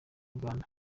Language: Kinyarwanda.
uganda